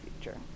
future